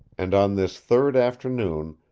and on this third afternoon,